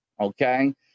Okay